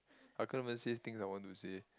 I couldn't even say things I want to say